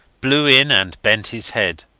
blew in, and bent his head.